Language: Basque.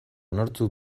nortzuk